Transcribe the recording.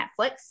Netflix